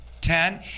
Ten